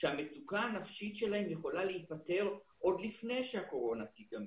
שהמצוקה הנפשית שלהם יכולה להיפתר עוד לפני שהקורונה תיגמר,